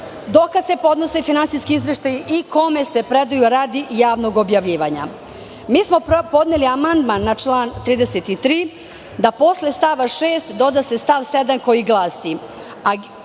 do kada se podnose finansijski izveštaji i kome se predaju radi javnog objavljivanja. Mi smo podneli amandman na član 33. da posle stava 6. se doda stav 7. koji glasi